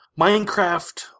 Minecraft